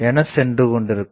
என சென்றுகொண்டிருக்கும்